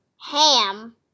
Ham